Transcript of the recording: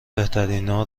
بهترینا